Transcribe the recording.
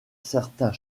certains